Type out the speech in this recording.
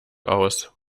aus